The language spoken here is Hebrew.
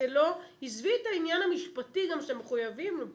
עזבי את העניין המשפטי גם שמחויבים לו פה.